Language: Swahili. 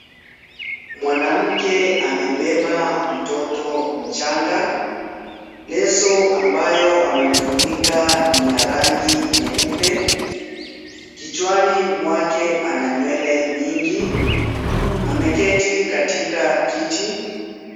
Mwanamke amebeba mtoto mchanga. Leso ambayo amemfunika ni ya rangi nyeupe. Kichwani mwake ana nywele nyingi, ameketi katika kiti.